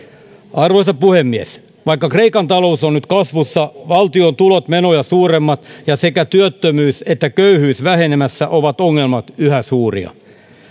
arvoisa puhemies vaikka kreikan talous on nyt kasvussa valtion tulot menoja suuremmat ja sekä työttömyys että köyhyys vähenemässä ovat ongelmat yhä suuria